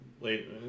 late